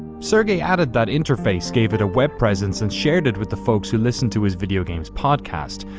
sergey added that interface, gave it a web presence, and shared it with the folks who listened to his video games podcast.